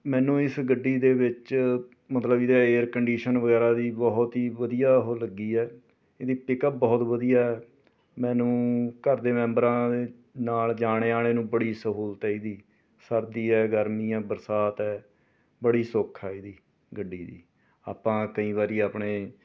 ਮੈਨੂੰ ਇਸ ਗੱਡੀ ਦੇ ਵਿੱਚ ਮਤਲਬ ਇਹਦਾ ਏਅਰ ਕਨਡੀਸ਼ਨ ਵਗੈਰਾ ਦੀ ਬਹੁਤ ਹੀ ਵਧੀਆ ਉਹ ਲੱਗੀ ਹੈ ਇਹਦੀ ਪਿਕਅੱਪ ਬਹੁਤ ਵਧੀਆ ਹੈ ਮੈਨੂੰ ਘਰ ਦੇ ਮੈਂਬਰਾਂ ਦੇ ਨਾਲ ਜਾਣੇ ਆਉਣੇ ਨੂੰ ਬੜੀ ਸਹੂਲਤ ਹੈ ਇਹਦੀ ਸਰਦੀ ਹੈ ਗਰਮੀ ਹੈ ਬਰਸਾਤ ਹੈ ਬੜੀ ਸੁੱਖ ਆ ਇਹਦੀ ਗੱਡੀ ਦੀ ਆਪਾਂ ਕਈ ਵਾਰੀ ਆਪਣੇ